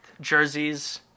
jerseys